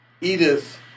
Edith